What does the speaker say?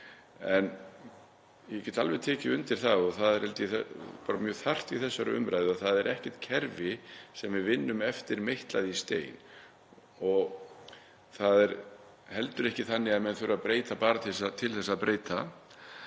En ég get alveg tekið undir það, og það er, held ég, bara mjög þarft í þessari umræðu, að það er ekkert kerfi sem við vinnum eftir meitlað í stein. Það er heldur ekki þannig að menn þurfi að breyta bara til þess að breyta.